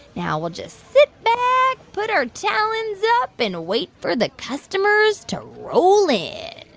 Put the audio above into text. now we'll just sit back, put our talons up and wait for the customers to roll in